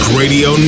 radio